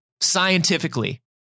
scientifically